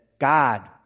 God